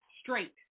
straight